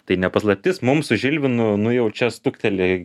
tai ne paslaptis mums su žilvinu nu jau čia stukteli